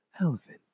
Elephant